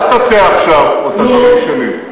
אל תטה עכשיו את המילים שלי.